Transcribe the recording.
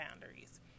boundaries